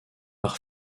par